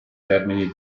termini